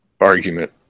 argument